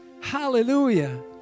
Hallelujah